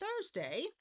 Thursday